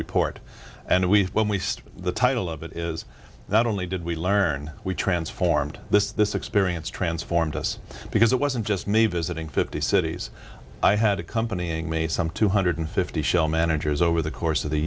report and we when we study the title of it is not only did we learn we transformed this this experience transformed us because it wasn't just me visiting fifty cities i had accompanying me some two hundred fifty shell managers over the course of the